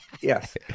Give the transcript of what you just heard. Yes